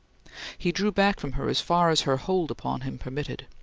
he drew back from her as far as her hold upon him permitted,